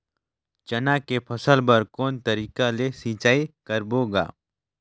चना के फसल बर कोन तरीका ले सिंचाई करबो गा?